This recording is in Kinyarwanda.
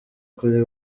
kuri